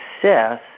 success